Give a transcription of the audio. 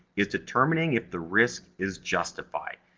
is determining if the risk is justified.